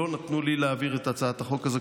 לא נתנו לי להעביר את הצעת החוק הזו,